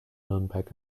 nürnberg